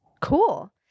Cool